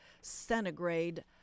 centigrade